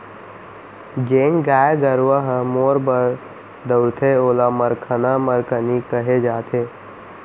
जेन गाय गरूवा ह मारे बर दउड़थे ओला मरकनहा मरकनही कहे जाथे